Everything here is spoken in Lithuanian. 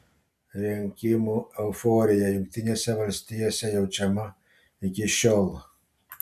rinkimų euforija jungtinėse valstijose jaučiama iki šiol